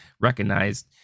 recognized